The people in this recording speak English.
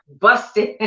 busted